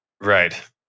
Right